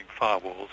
firewalls